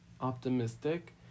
optimistic